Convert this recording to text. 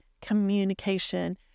communication